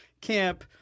camp